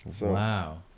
Wow